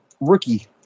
rookie